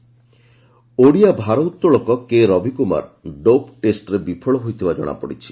ରବିକୁମାର ଓଡ଼ିଆ ଭାରୋଉଳକ କେରବିକୁମାର ଡୋପ୍ ଟେଷ୍ଟ୍ରେ ବିଫଳ ହୋଇଥିବା ଜଣାପଡ଼ିଛି